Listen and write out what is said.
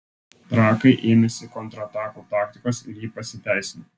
trakai ėmėsi kontratakų taktikos ir ji pasiteisino